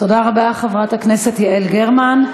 תודה רבה, חברת הכנסת יעל גרמן.